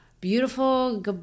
beautiful